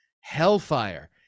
Hellfire